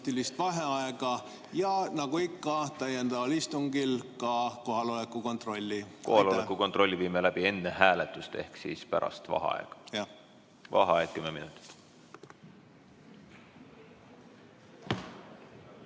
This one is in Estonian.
vaheaega ja nagu ikka täiendaval istungil ka kohaloleku kontrolli. Kohaloleku kontrolli viime läbi enne hääletust ehk siis pärast vaheaega. Vaheaeg kümme minutit.V